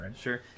sure